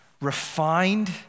refined